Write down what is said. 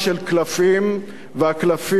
והקלפים קרסו עליך.